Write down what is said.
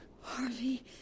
Harvey